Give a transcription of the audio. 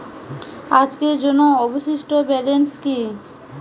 আজকের জন্য অবশিষ্ট ব্যালেন্স কি?